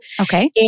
Okay